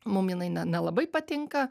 mum jinai ne nelabai patinka